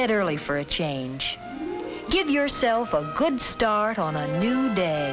early for a change give yourself a good start on a new day